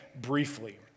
briefly